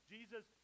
Jesus